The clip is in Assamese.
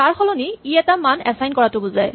তাৰ সলনি ই এটা মান এচাইন কৰাটো বুজায়